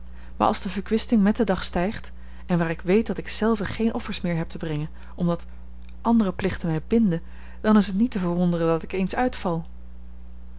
maar als de verkwisting met den dag stijgt en waar ik weet dat ik zelve geen offers meer heb te brengen omdat andere plichten mij binden dan is het niet te verwonderen dat ik eens uitval